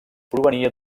provenia